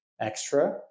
extra